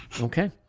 Okay